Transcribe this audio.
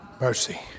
mercy